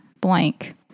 blank